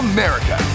America